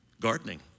Gardening